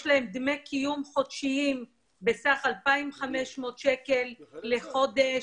יש להם דמי קיום חודשיים בסך 2,500 שקלים לחודש.